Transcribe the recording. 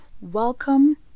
welcome